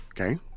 Okay